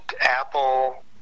Apple